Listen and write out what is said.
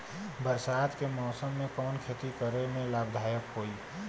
बरसात के मौसम में कवन खेती करे में लाभदायक होयी?